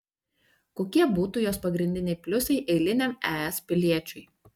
kokie būtų jos pagrindiniai pliusai eiliniam es piliečiui